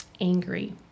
angry